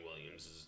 Williams